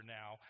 now